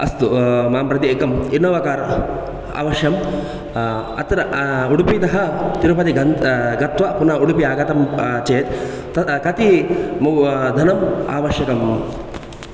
अस्तु मां प्रति एकं इन्नोवा कार् अवश्यं अत्र उडुपितः तिरुपति गन् गत्वा पुन उडुपि आगतं चेत् तदा कति मू धनम् आवश्यकम्